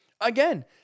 Again